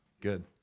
Good